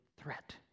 threat